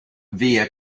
via